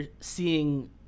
seeing